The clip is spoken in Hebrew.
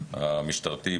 הסדיר,